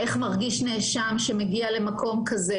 איך מרגיש נאשם שמגיע למקום כזה,